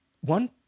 one